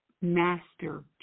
master